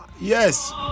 yes